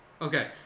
okay